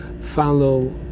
follow